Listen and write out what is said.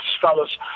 fellas